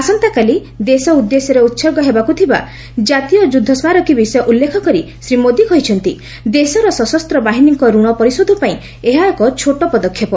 ଆସନ୍ତାକାଲି ଦେଶ ଉଦ୍ଦେଶ୍ୟରେ ଉତ୍ସର୍ଗ ହେବାକୁ ଥିବା କାତୀୟ ଯୁଦ୍ଧ ସ୍କାରକୀ ବିଷୟ ଉଲ୍ଲେଖ କରି ଶ୍ରୀ ମୋଦି କହିଛନ୍ତି ଦେଶର ସଶସ୍ତ ବାହିନୀଙ୍କ ଋଣ ପରିଶୋଧ ପାଇଁ ଏହା ଏକ ଛୋଟ ପଦକ୍ଷେପ